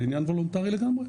זה עניין וולונטרי לגמרי,